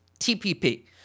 TPP